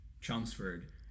Chelmsford